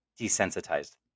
desensitized